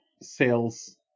sales